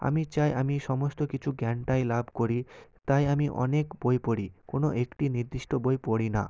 আমি চাই আমি সমস্ত কিচু জ্ঞানটাই লাভ করি তাই আমি অনেক বই পড়ি কোনো একটি নির্দিষ্ট বই পড়ি না